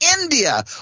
India